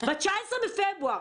ב-19 בפברואר.